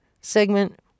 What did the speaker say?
Segment